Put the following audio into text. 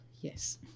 Yes